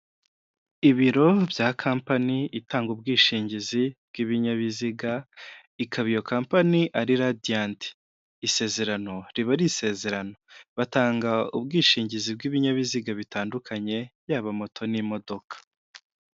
Ibiro bya kampani itanga ubwishingizi bw'ibinyabiziga, ikaba iyo compani ari Radiyanti. Isezerano riba ari isezerano. Batanga ubwishingizi bw'ibinyabiziga bitandukanye, yaba moto n'imodoka.